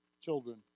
children